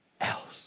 else